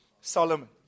Solomon